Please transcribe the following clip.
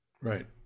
Right